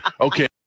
okay